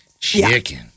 Chicken